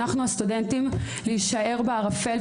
אנחנו הסטודנטים להישאר בערפל,